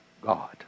God